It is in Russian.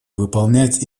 выполнять